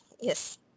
Yes